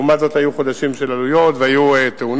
ולעומת זאת היו חודשים של עליות, והיו תאונות.